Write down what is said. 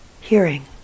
hearing